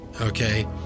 okay